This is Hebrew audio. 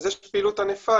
יש פעילות ענפה.